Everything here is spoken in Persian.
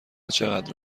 چقدر